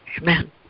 Amen